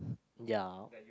ya